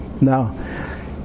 Now